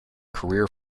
career